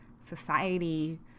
society